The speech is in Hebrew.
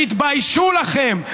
תתביישו לכם.